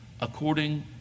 according